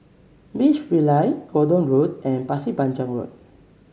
Beach Villas Gordon Road and Pasir Panjang Road